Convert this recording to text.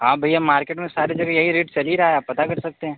आप भैया मार्केट में सारे जगह यही रेट चल ही रहा है आप पता कर सकते हैं